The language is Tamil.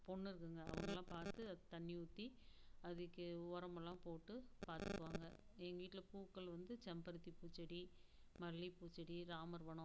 பொண்ணு இருக்குங்க அவங்களான் பார்த்து அதுக்கு தண்ணி ஊற்றி அதுக்கு ஓரமெல்லாம் போட்டு பார்த்துக்குவாங்க எங்கள் வீட்டில் பூக்கள் வந்து செம்பருத்தி பூச்செடி மல்லிப்பூ செடி ராமர்வனம்